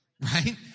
Right